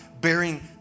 bearing